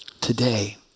today